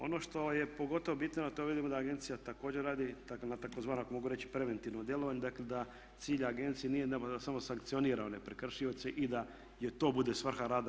Ono što je pogotovo bitno, a to vidimo da agencija također radi, dakle na tzv. ako mogu reći preventivnom djelovanju, dakle da cilj agencije nije da samo sankcionira one prekršioce i da joj to bude svrha rada.